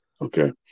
Okay